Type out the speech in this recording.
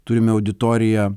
turime auditoriją